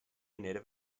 native